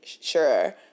sure